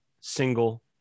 single